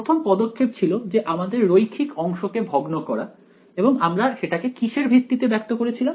প্রথম পদক্ষেপ ছিল যে আমাদের রৈখিক অংশকে ভগ্ন করা এবং আমরা সেটাকে কিসের ভিত্তিতে ব্যক্ত করেছিলাম